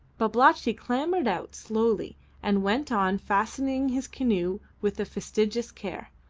babalatchi clambered out slowly and went on fastening his canoe with fastidious care,